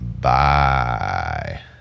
Bye